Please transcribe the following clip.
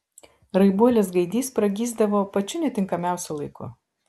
raibuolis gaidys pragysdavo pačiu netinkamiausiu laiku